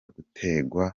gutegwa